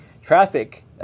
traffic